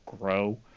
grow